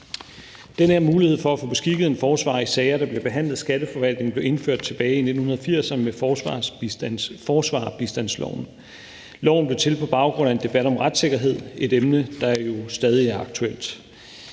Den her mulighed for at få beskikket en forsvarer i sager, der bliver behandlet af Skatteforvaltningen, blev indført tilbage i 1980'erne med forsvarerbistandsloven. Loven blev til på baggrund af en debat om retssikkerhed; et emne, der jo stadig er aktuelt.